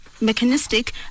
mechanistic